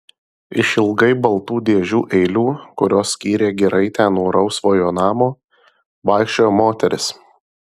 išilgai baltų dėžių eilių kurios skyrė giraitę nuo rausvojo namo vaikščiojo moteris